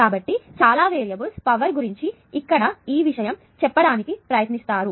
కాబట్టి చాలా variables power గురించి ఇక్కడ ఈ విషయం చెప్పడానికి ప్రయత్నిస్తాను